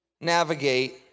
navigate